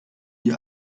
die